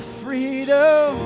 freedom